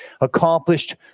accomplished